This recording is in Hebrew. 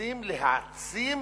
שמנסים להעצים